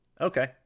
Okay